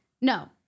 No